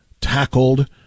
tackled